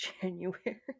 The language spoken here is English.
January